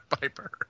Piper